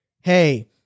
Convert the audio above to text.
hey